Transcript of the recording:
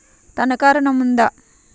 తనఖా ఋణం ఉందా?